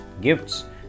Gifts